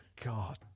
god